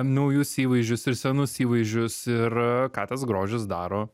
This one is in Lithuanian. naujus įvaizdžius ir senus įvaizdžius ir ką tas grožis daro